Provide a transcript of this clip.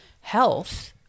health